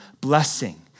blessing